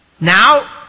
Now